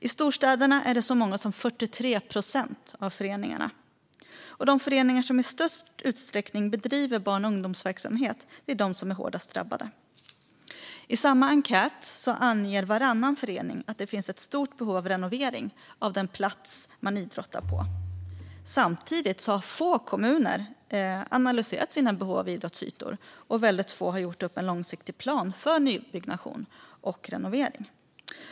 I storstäderna är det så många som 43 procent av föreningarna. De föreningar som i störst utsträckning bedriver barn och ungdomsverksamhet är hårdast drabbade. Varannan förening anger att det finns ett stort behov av renovering av den plats man idrottar på. Samtidigt har få kommuner analyserat sina behov av idrottsytor och gjort upp långsiktiga planer för nybyggnation och renovering.